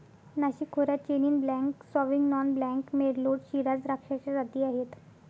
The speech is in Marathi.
नाशिक खोऱ्यात chenin blanc, sauvignon blanc, merlot, shiraz द्राक्षाच्या जाती आहेत